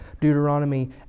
Deuteronomy